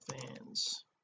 fans